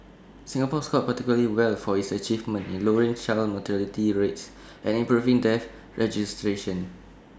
Singapore scored particularly well for its achievements in lowering child mortality rates and improving death registration